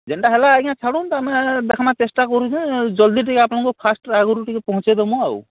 ଯେନ୍ଟା ହେଲା ଆଜ୍ଞା ଛାଡ଼ୁନ୍ ଆମେ ଦେଖଖ୍ ଚେଷ୍ଟା କରୁଛେ ଜଲ୍ଦି ଟିକେ ଆପଣଙ୍କୁ ଫାର୍ଷ୍ଟ ହାୱାର୍ ଆଗ୍ରୁ ଟିକେ ପହଞ୍ଚେଇ ଦେମୁ ଆଉ